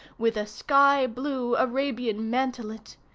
with a sky-blue arabian mantelet.